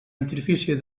interfície